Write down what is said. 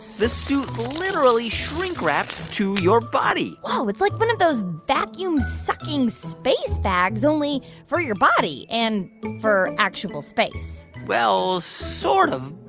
the suit literally shrink-wraps to your body whoa. it's like one of those vacuum-sucking space bags, only for your body and for actual space well, sort of,